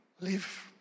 live